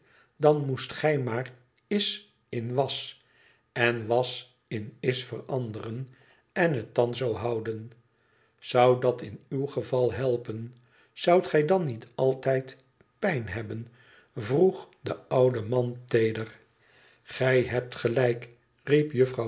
dan moest gij maar is in was en was in is veranderen en het dan zoo houden zou dat in uw geval helpen zoudt gij dan niet altijd pijn hebben vroeg de oude man teeder gij hebt gelijk